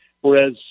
Whereas